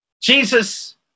Jesus